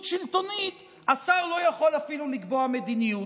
שלטונית השר לא יכול אפילו לקבוע מדיניות?